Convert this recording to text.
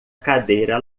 cadeira